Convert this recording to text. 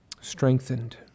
strengthened